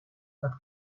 tot